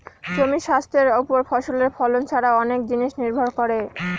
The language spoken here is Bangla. জমির স্বাস্থ্যের ওপর ফসলের ফলন ছারাও অনেক জিনিস নির্ভর করে